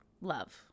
love